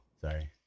sorry